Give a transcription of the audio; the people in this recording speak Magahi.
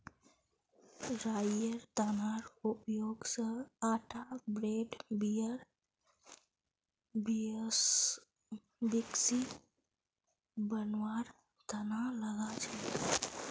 राईयेर दानार उपयोग स आटा ब्रेड बियर व्हिस्की बनवार तना लगा छेक